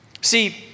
See